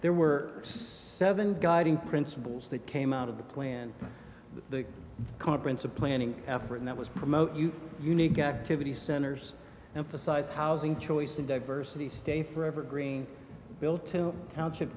there were seven guiding principles that came out of the plan the conference of planning effort that was promote unique activity centers and the size housing choice the diversity stay forever green built township